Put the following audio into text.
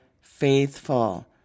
faithful